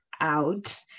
out